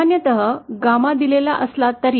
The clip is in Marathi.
सामान्यत 𝚪 दिलेला असला तरी